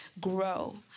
grow